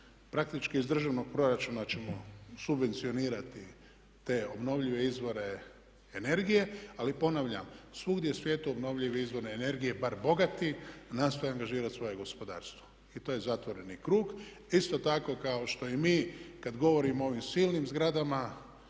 Praktički iz državnog proračuna ćemo subvencionirati te obnovljive izvore energije. Ali ponavljam, svugdje u svijetu obnovljive izvore energije bar bogati nastoje angažirati svoje gospodarstvo. I to je zatvoreni krug. Isto tako kao što i mi kad govorimo o ovim silnim zgradama